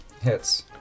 Hits